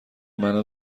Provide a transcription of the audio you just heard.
منم